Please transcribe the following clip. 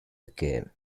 again